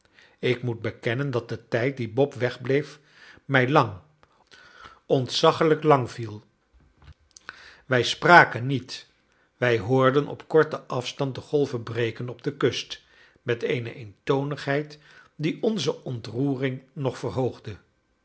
ik moet bekennen dat de tijd dien bob wegbleef mij lang ontzaglijk lang viel wij spraken niet wij hoorden op korten afstand de golven breken op de kust met eene eentonigheid die onze ontroering nog verhoogde